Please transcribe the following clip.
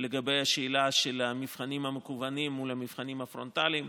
בשאלה של המבחנים המקוונים מול המבחנים הפרונטליים.